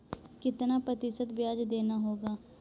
कितना प्रतिशत ब्याज देना होगा?